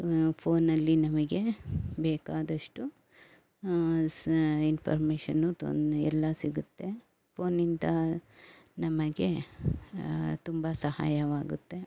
ಫೋನಲ್ಲಿ ನಮಗೆ ಬೇಕಾದಷ್ಟು ಇನ್ಫರ್ಮೇಷನು ತೊಂ ಎಲ್ಲ ಸಿಗುತ್ತೆ ಫೋನಿಂದ ನಮಗೆ ತುಂಬ ಸಹಾಯವಾಗುತ್ತೆ